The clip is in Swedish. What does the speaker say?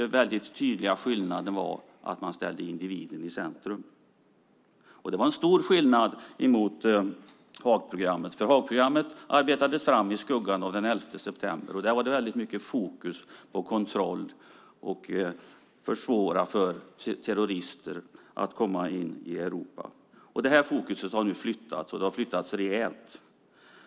En väldigt tydlig skillnad är att man där ställer individen i centrum - en stor skillnad jämfört med Haagprogrammet som arbetades fram i skuggan av den 11 september. Där var det väldigt mycket fokus på kontroll och på att försvåra för terrorister att komma in i Europa. Fokus har nu rejält flyttats.